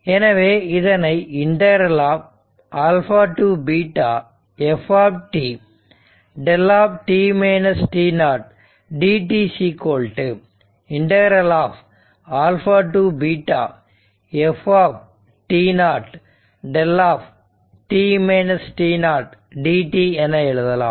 எனவே இதனை to ∫ f δ dt to ∫ f δ dt என எழுதலாம்